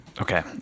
Okay